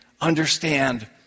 understand